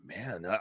Man